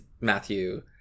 Matthew